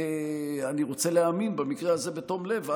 אני רוצה להאמין שבמקרה הזה בתום לב,